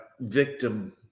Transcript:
victim